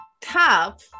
Top